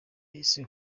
best